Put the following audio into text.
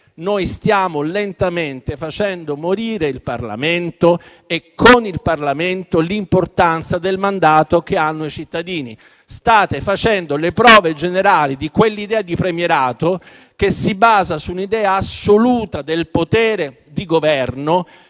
noi stiamo veramente facendo morire lentamente il Parlamento e, con il Parlamento, l'importanza del mandato che ci danno i cittadini. State facendo le prove generali di quell'idea di premierato che si basa su un'idea assoluta del potere di governo,